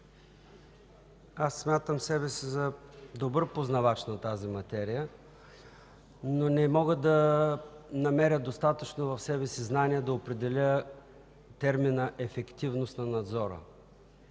Смятам себе си за добър познавач на тази материя, но не мога да намеря в себе си достатъчно знания, за да определя термина „ефективност на надзора”.